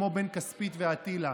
כמו בן כספית ואטילה,